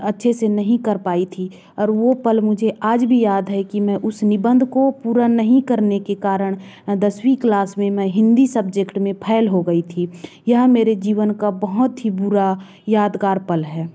अच्छे से नहीं कर पाई थी और वह पल मुझे आज भी याद है कि मैं उस निबंध को पूरा नहीं करने के कारण दसवीं क्लास में मैं हिंदी सब्जेक्ट में फैल हो गई थी यह मेरे जीवन का बहुत ही बुरा यादगार पल है